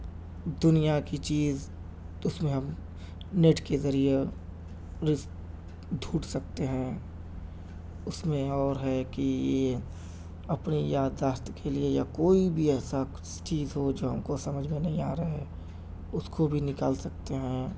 دنیا کی چیز اس میں ہم نیٹ کے ذریعے ڈھونڈھ سکتے ہیں اس میں اور ہے کہ یہ اپنی یادداشت کے لئے یا کوئی بھی ایسا چیز ہو جو ہم کو سمجھ میں نہیں آ رہا ہے اس کو بھی نکال سکتے ہیں